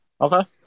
okay